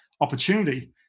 opportunity